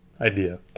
idea